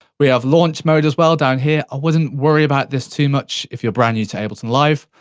we have launch mode as well, down here. i wouldn't worry about this too much if you're brand new to ableton live.